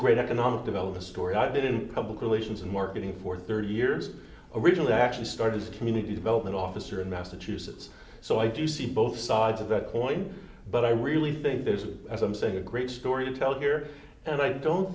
great economic develop a story i didn't public relations and marketing for thirty years originally i actually started as a community development officer in massachusetts so i do see both sides of the coin but i really think there's a as i'm saying a great story to tell here and i don't